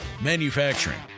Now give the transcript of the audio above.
Manufacturing